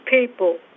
people